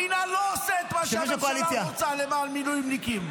המינהל לא עושה את מה שהממשלה רוצה למען המילואימניקים.